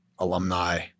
alumni